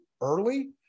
early